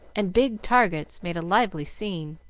and big targets, made a lively scene.